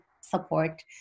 support